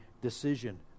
decision